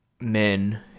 men